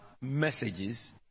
messages